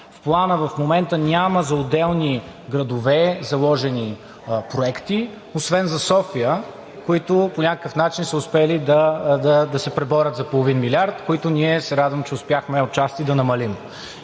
дисбаланси в страната и за отделни градове няма заложени проекти, освен за София, които по някакъв начин са успели да се преборят за половин милиард, които ние се радвам, че успяхме отчасти да намалим.